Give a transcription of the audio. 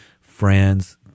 friends